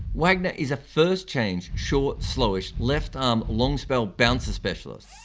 wagner is a first change, short, slowish, left arm, long spell, bouncer specialist.